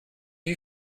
you